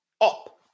up